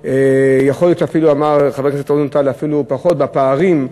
יכול להיות שאפילו אמר חבר הכנסת רוזנטל שאפילו פחות בפערים,